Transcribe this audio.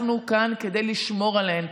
אנחנו כאן כדי לשמור עליהן.